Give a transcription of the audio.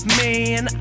man